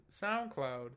SoundCloud